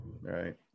Right